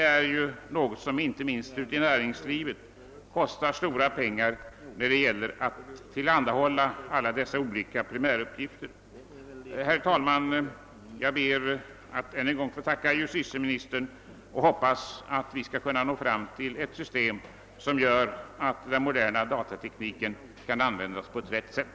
Det är något som inte minst ute i näringslivet kostar mycket pengar, när man skall tillhandahålla alla dessa olika primäruppgifter. Herr talman! Jag ber att än en gång få tacka justitieministern och hoppas att det skall vara möjligt att få fram ett system som gör att den moderna datatekniken kan användas på ett riktigt sätt.